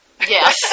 Yes